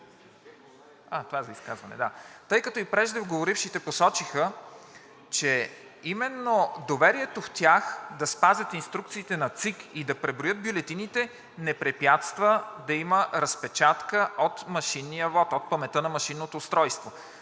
тъй като и преждеговорившите посочиха, че именно доверието в тях да спазят инструкциите на ЦИК и да преброят бюлетините не препятства да има разпечатка от машинния вот, от паметта на машинното устройство,